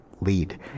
lead